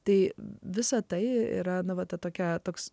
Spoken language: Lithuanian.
tai visą tai yra na va tokia toks